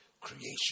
creation